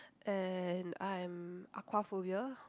and I'm aqua phobia